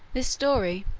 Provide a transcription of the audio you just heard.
this story,